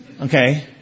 Okay